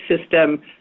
system